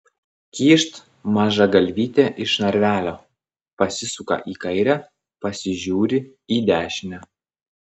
kyšt maža galvytė iš narvelio pasisuka į kairę pasižiūri į dešinę